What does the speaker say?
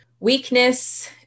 weakness